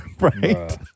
Right